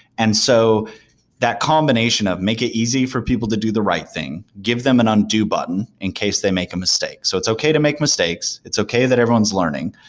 and so that combination of make it easy for people to do the right thing, give them an undo button in case they make a mistake. so it's okay to make mistakes. it's okay that everyone's learning.